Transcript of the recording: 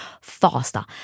faster